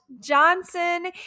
Johnson